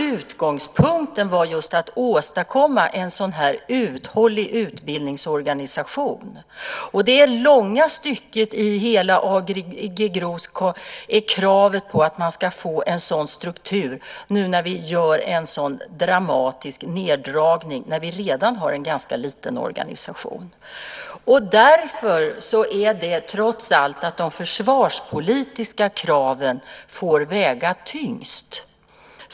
Utgångspunkten var just att åstadkomma en sådan här uthållig utbildningsorganisation. I långa stycken i AG GRO är kravet att få en sådan struktur när vi nu gör en så dramatisk neddragning i en redan ganska liten organisation. Därför får de försvarspolitiska kraven trots allt väga tyngst.